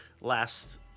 last